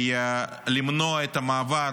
למנוע את המעבר